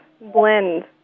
blend